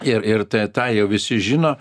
ir ir t tą jau visi žino